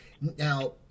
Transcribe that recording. Now